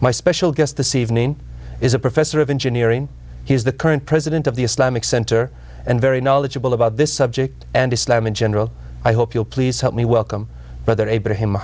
my special guest this evening is a professor of engineering he is the current president of the islamic center and very knowledgeable about this subject and islam in general i hope you'll please help me welcome brother abraham